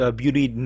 beauty